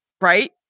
Right